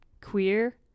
queer